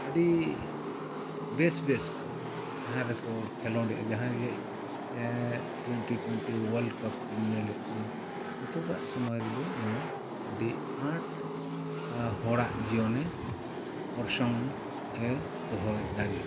ᱟᱹᱰᱤ ᱵᱮᱥ ᱵᱮᱥ ᱠᱚ ᱡᱟᱦᱟᱸ ᱨᱮᱠᱚ ᱠᱷᱮᱞᱳᱰ ᱮᱫᱟ ᱡᱟᱦᱟᱭ ᱡᱮ ᱴᱩᱭᱤᱱᱴᱤ ᱴᱩᱭᱤᱱᱴᱤ ᱚᱣᱟᱨᱞᱰᱠᱟᱯ ᱨᱮᱢ ᱧᱮᱞᱮᱫ ᱱᱤᱛᱳᱜᱟᱜ ᱥᱚᱢᱚᱭ ᱨᱮᱫᱚ ᱚᱱᱟ ᱟᱹᱰᱤ ᱟᱸᱴ ᱦᱚᱲᱟᱜ ᱡᱤᱭᱚᱱᱮ ᱚᱨᱥᱚᱝᱼᱮ ᱫᱚᱦᱚ ᱫᱟᱲᱮᱭᱟᱜ ᱠᱟᱱᱟ